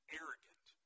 arrogant